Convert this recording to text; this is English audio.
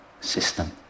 system